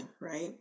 Right